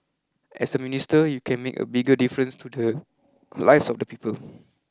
as a minister you can make a bigger difference to the lives of the people